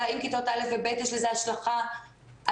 האם כיתות א' ו-ב' - יש לזה השלכה על